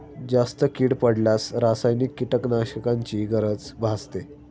जास्त कीड पडल्यास रासायनिक कीटकनाशकांची गरज भासते